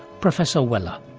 professor weller.